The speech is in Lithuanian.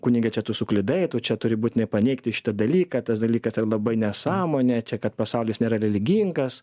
kunige čia tu suklydai tu čia turi būtinai paneigti šitą dalyką tas dalykas yra labai nesąmonė čia kad pasaulis nėra religingas